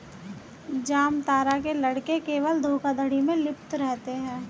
जामतारा के लड़के केवल धोखाधड़ी में लिप्त रहते हैं